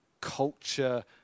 culture